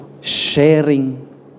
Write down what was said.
Sharing